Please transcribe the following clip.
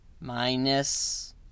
Minus